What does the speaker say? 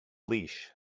leash